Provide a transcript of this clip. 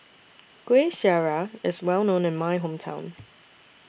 Kueh Syara IS Well known in My Hometown